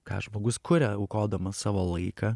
ką žmogus kuria aukodamas savo laiką